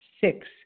Six